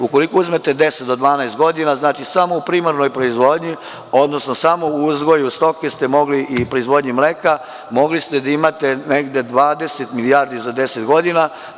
Ukoliko uzmete 10 do 12 godina samo u primarnoj proizvodnji, odnosno samo u uzgoju stoke i proizvodnji mleka mogli ste da imate negde 20 milijardi za 10 godina.